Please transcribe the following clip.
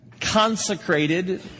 consecrated